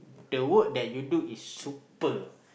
the work that you do is super